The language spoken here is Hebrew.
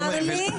מותר לי.